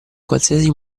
qualsiasi